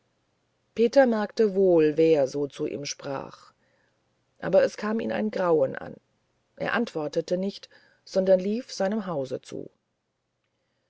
peter merkte wohl wer so zu ihm spreche aber es kam ihn ein grauen an er antwortete nichts sondern lief seinem haus zu